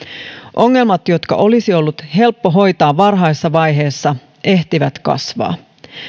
ongelmat jotka olisi ollut helppo hoitaa varhaisessa vaiheessa ehtivät kasvaa